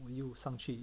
又上去